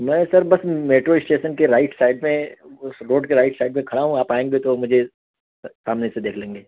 میں سر بس metro station کے رائٹ سائڈ میں روڈ کے رائٹ سائڈ میں کھڑا ہوں آپ آئیں گے تو مجھے سامنے سے دیکھ لیں گے